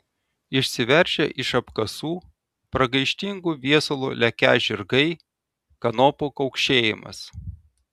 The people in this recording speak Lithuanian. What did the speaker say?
išsiveržę iš apkasų pragaištingu viesulu lekią žirgai kanopų kaukšėjimas